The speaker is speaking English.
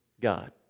God